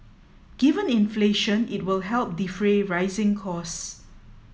given inflation it will help defray rising costs